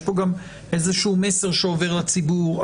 יש גם איזשהו מסר שעובר לציבור.